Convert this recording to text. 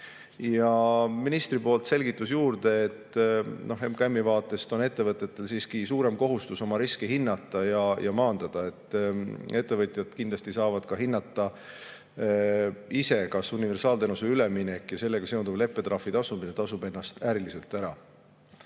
on. Ministri poolt oli selgitus juurde, et MKM‑i vaates on ettevõtetel siiski suurem kohustus oma riske hinnata ja maandada. Ettevõtjad kindlasti saavad ise hinnata, kas universaalteenusele üleminek ja sellega seonduv leppetrahvi tasumine tasub ennast äriliselt ära.